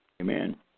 Amen